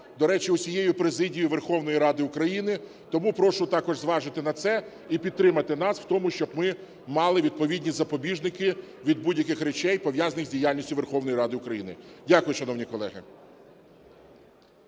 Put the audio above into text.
до речі, усією президією Верховної Ради України. Тому прошу також зважити на це і підтримати нас в тому, щоб ми мали відповідні запобіжники від будь-яких речей, пов'язаних із діяльністю Верховної Ради України. Дякую, шановні колеги.